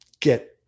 get